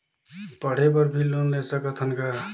पढ़े बर भी लोन ले सकत हन का?